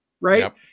right